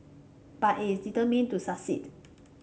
but it is determined to succeed